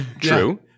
True